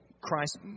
Christ